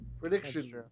Prediction